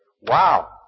Wow